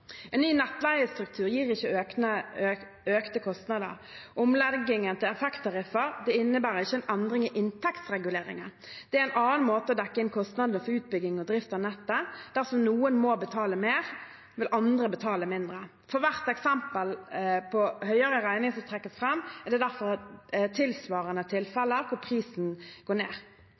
En ny nettleiestruktur gir ikke økte kostnader. Omleggingen til effekttariffer innebærer ikke en endring i inntektsreguleringen. Det er en annen måte å dekke inn kostnadene for utbygging og drift av nettet på. Dersom noen må betale mer, vil andre betale mindre. For hvert eksempel på høyere regning som trekkes fram, er det derfor tilsvarende tilfeller hvor prisen går ned.